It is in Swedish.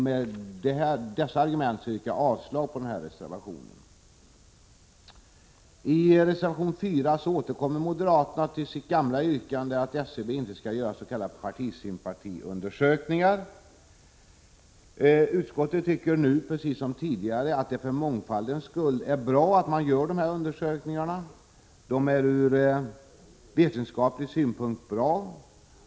Med dessa argument yrkar jag avslag på reservationen. I reservation 4 återkommer moderaterna till sitt gamla yrkande att SCB inte skall göra s.k. partisympatiundersökningar. Utskottsmajoriteten anser liksom tidigare att det med tanke på mångfalden är bra att dessa undersökningar görs. Undersökningarna är bra från vetenskaplig synpunkt.